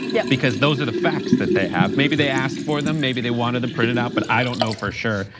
yeah. because those are the facts that they have maybe they asked for them, maybe they wanted them printed out, but i don't know for sure.